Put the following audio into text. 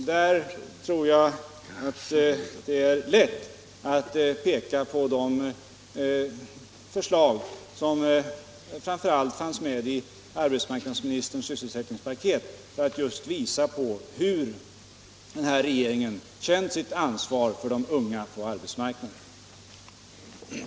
Där är det lätt att peka på de förslag som framför allt hur den nuvarande regeringen känt sitt ansvar för de unga på arbets Torsdagen den